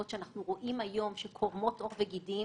שאנחנו רואים היום קורמות עור וגידים